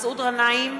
מסעוד גנאים,